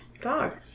Dog